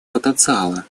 потенциала